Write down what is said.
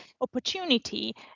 opportunity